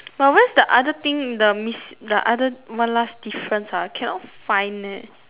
but where's the other thing the mis~ the other one last difference ah cannot find leh